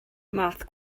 math